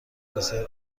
بسیار